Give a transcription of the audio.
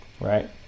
right